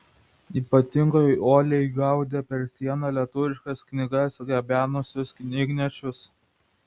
ypatingai uoliai gaudė per sieną lietuviškas knygas gabenusius knygnešius